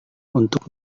untuk